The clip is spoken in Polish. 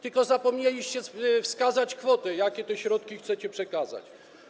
Tylko zapomnieliście wskazać kwotę, jakie te środki chcecie przekazać.